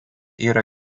yra